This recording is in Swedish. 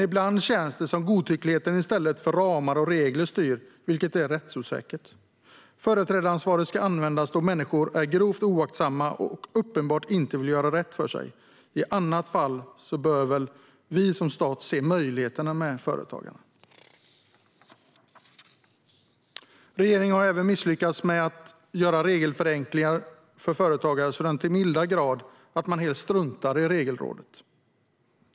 Ibland känns det som att godtycklighet i stället för ramar och regler styr, vilket är rättsosäkert. Företrädaransvaret ska användas då människor är grovt oaktsamma och uppenbart inte vill göra rätt för sig. I annat fall bör väl vi som stat se möjligheterna med företagen. Regeringen har även misslyckats med att göra regelförenklingar för företagare så till den milda grad att man helt struntar i Regelrådet.